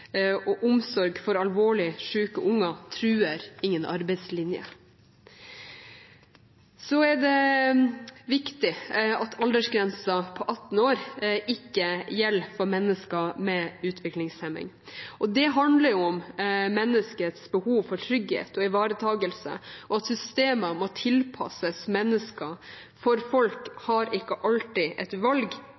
og omsorg for alvorlig syke barn truer ingen arbeidslinje. Det er viktig at aldersgrensen på 18 år ikke gjelder for mennesker med utviklingshemning. Det handler om menneskets behov for trygghet og ivaretakelse og at systemene må tilpasses mennesker, for folk kan ikke alltid